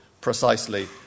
precisely